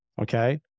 Okay